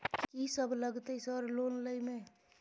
कि सब लगतै सर लोन लय में?